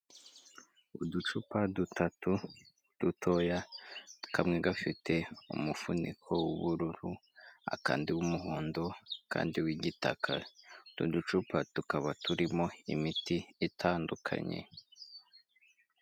Uducupa dutatu dutoya kamwe gafite umufuniko w'ubururu, akandi w'umuhondo akandi w'igitaka. Utu ducupa tukaba turimo imiti itandukanye.